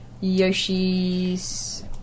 Yoshi's